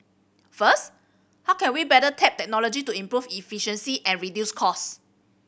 first how can we better tap technology to improve efficiency and reduce cost